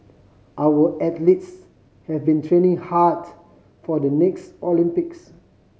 our athletes have been training hard for the next Olympics